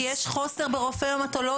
כי יש חוסר ברופאי המטולוגיה.